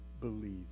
believe